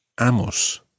Amos